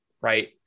right